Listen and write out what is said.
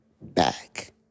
back